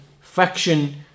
faction